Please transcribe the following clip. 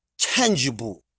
tangible